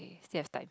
still have time